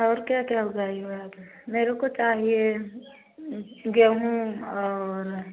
और क्या क्या उगाई हो आप मेरे को चाहिए गेहूँ और